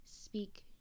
Speak